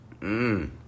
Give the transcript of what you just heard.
Mmm